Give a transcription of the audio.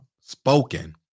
spoken